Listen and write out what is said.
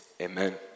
Amen